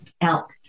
elk